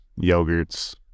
yogurts